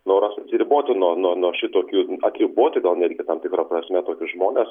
noras atsiriboti nuo nuo šitokių atriboti gal netgi tam tikra prasme tokius žmones